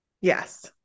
Yes